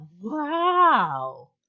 wow